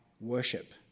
worship